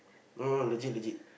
no legit legit